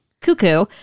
Cuckoo